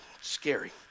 Scary